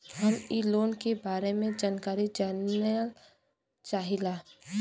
हम इ लोन के बारे मे जानकारी जाने चाहीला?